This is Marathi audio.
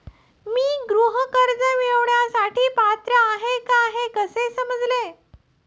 मी गृह कर्ज मिळवण्यासाठी पात्र आहे का हे कसे समजेल?